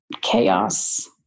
chaos